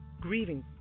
grieving